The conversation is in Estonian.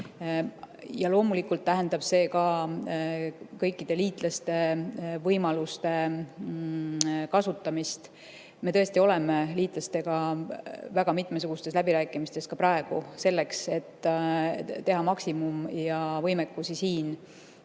Loomulikult tähendab see ka kõikide liitlaste võimaluste kasutamist. Me tõesti oleme liitlastega väga mitmesugustes läbirääkimistes ka praegu, selleks et teha maksimum ja võimekusi siin